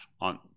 on